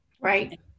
right